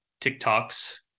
TikToks